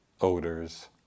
odors